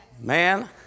Man